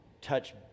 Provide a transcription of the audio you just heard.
touch